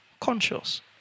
conscious